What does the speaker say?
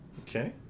Okay